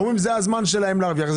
אמרו שזה הזמן שלהם להרוויח.